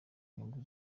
nyungu